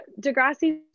Degrassi